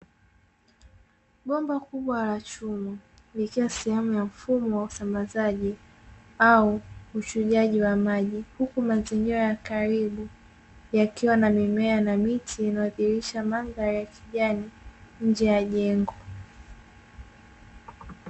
Bomba kubwa la chuma likiwa sehemu ya mfumo wa usambazaji au uchujaji wa maji, huku mazingira ya karibu yakiwa na mimea na miti inayodhihirisha mandhari ya kijani nje ya jengo.